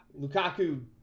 Lukaku